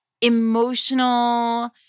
emotional –